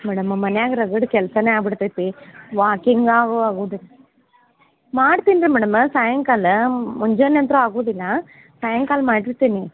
madam ನಮ್ಮ ಮನೆಯಾಗ ರಗಡ್ ಕೆಲಸಾನೇ ಆಗ್ಬಿಡ್ತೈತಿ ವಾಕಿಂಗ್ ಆಗು ಆಗೋದಿಲ್ಲ ಮಾಡ್ತೀನಿ ರೀ ಮೇಡಮ್ಮ ಸಾಯಂಕಾಲ ಮುಂಜಾನೆ ಅಂತು ಆಗೋದಿಲ್ಲ ಸಾಯಂಕಾಲ ಮಾಡಿರ್ತೀನಿ